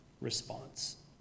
response